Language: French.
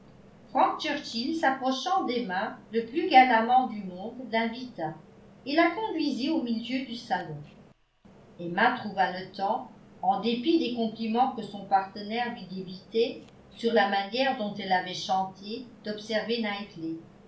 frank churchill s'approchant d'emma le plus galamment du monde l'invita et la conduisit au milieu du salon emma trouva le temps en dépit des compliments que son partenaire lui débitait sur la manière dont elle avait chanté d'observer